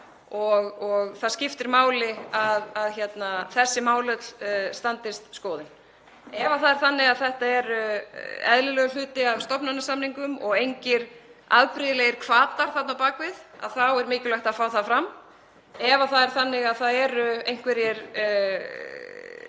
og það skiptir máli að þessi mál öll standist skoðun. Ef það er þannig að þetta er eðlilegur hluti af stofnanasamningum og engir afbrigðilegir hvatar þarna á bak við þá er mikilvægt að fá það fram. Ef það eru einhverjir